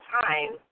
time